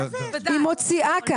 היא מציעה.